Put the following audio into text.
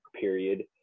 period